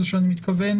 זה שאני מתכוון,